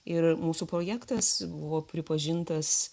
ir mūsų projektas buvo pripažintas